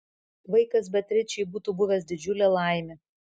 vaikas beatričei būtų buvęs didžiulė laimė